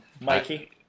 Mikey